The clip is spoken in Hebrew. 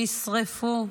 נשרפו,